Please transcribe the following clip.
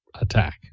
attack